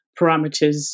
parameters